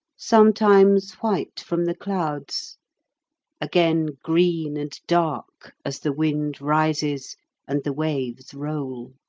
sometimes white from the clouds again green and dark as the wind rises and the waves roll.